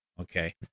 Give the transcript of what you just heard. Okay